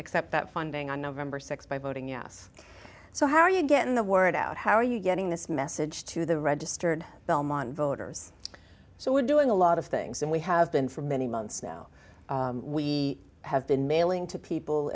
that funding on november sixth by voting yes so how are you getting the word out how are you getting this message to the registered belmont voters so we're doing a lot of things and we have been for many months now we have been mailing to people